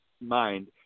mind